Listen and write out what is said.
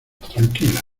tranquila